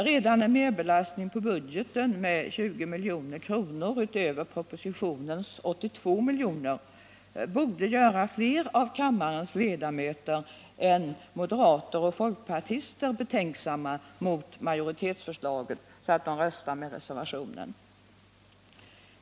Redan en merbelastning på budgeten med 20 milj.kr. utöver propositionens 82 milj.kr. borde göra fler av kammarens ledamöter än moderater och folkpartister betänksamma mot majoritetsförslaget, så att de röstar på reservationen.